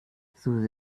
susi